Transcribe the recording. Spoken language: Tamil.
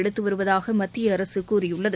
எடுத்து வருவதாக மத்திய அரசு கூறியுள்ளது